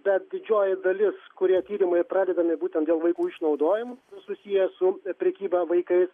bet didžioji dalis kurie tyrimai pradedami būtent dėl vaikų išnaudojimo susiję su prekyba vaikais